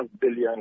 billion